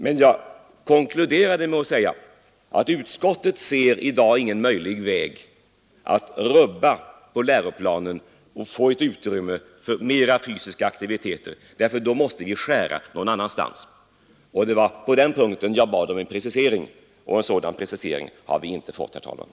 Men jag konkluderade med att säga att utskottet ser i dag ingen möjlig väg att rubba läroplanen och få utrymme för mera fysisk aktivitet, därför att då måste vi skära ned någon annanstans. Det var på den punkten som jag bad om en precisering. En sådan har vi inte fått, herr talman.